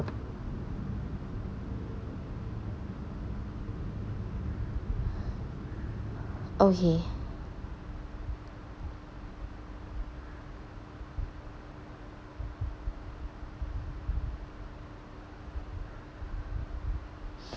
okay